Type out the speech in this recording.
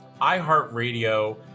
iHeartRadio